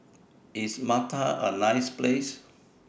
IS Malta A nice Place